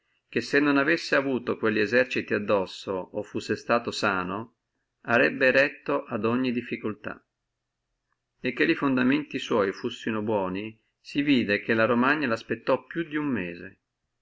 che se non avessi avuto quelli eserciti addosso o lui fussi stato sano arebbe retto a ogni difficultà e che fondamenti sua fussino buoni si vidde ché la romagna laspettò più duno mese